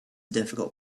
difficult